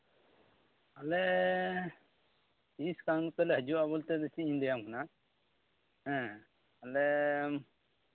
ᱟᱞᱮ ᱛᱤᱥ ᱜᱟᱱ ᱛᱮᱞᱮ ᱦᱤᱡᱩᱜᱼᱟ ᱵᱚᱞᱛᱮ ᱫᱚ ᱪᱮᱫ ᱤᱧ ᱞᱟᱹᱭᱟᱢ ᱠᱟᱱᱟ ᱦᱮᱸ ᱟᱞᱮ